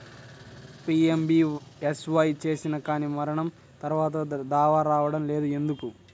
PMBSY చేసినా కానీ మరణం తర్వాత దావా రావటం లేదు ఎందుకు?